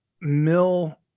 mill